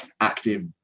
active